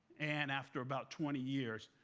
and after about twenty years,